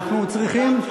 אנחנו צריכים,